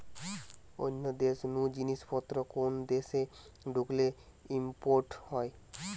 অন্য দেশ নু জিনিস পত্র কোন দেশে ঢুকলে ইম্পোর্ট হয়